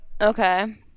Okay